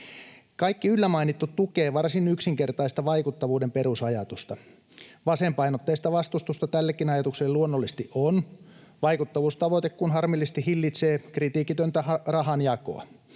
Kaikki yllä mainittu tukee varsin yksinkertaista vaikuttavuuden perusajatusta. Vasenpainotteista vastustusta tällekin ajatukselle luonnollisesti on, vaikuttavuustavoite kun harmillisesti hillitsee kritiikitöntä rahanjakoa.